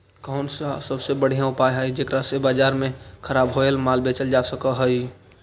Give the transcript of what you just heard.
कौन सा सबसे बढ़िया उपाय हई जेकरा से बाजार में खराब होअल माल बेचल जा सक हई?